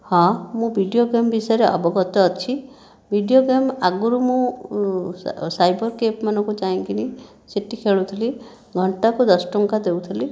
ହଁ ମୁଁ video game ବିଷୟରେ ଅବଗତ ଅଛି ଭିଡିଓ ଗେମ୍ ଆଗରୁ ମୁଁ ସାଇବର କ୍ୟାଫେମାନଙ୍କୁ ଯାଇକରି ସେଠି ଖେଳୁଥିଲି ଘଣ୍ଟାକୁ ଦଶ ଟଙ୍କା ଦେଉଥିଲି